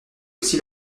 aussi